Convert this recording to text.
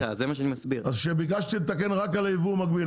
אז כשביקשתי להתמקד רק על היבוא המקביל,